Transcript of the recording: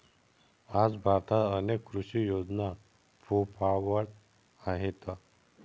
आज भारतात अनेक कृषी योजना फोफावत आहेत